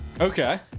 Okay